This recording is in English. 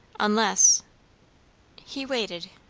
unless he waited,